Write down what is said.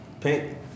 paint